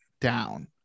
down